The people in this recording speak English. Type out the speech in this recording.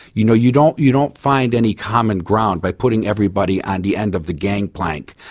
you know, you don't you don't find any common ground by putting everybody on the end of the gangplank,